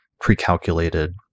pre-calculated